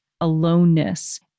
aloneness